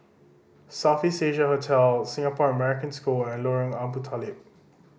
South East Asia Hotel Singapore American School and Lorong Abu Talib